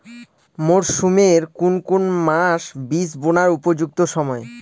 মরসুমের কোন কোন মাস বীজ বোনার উপযুক্ত সময়?